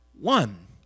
one